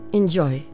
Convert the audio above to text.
enjoy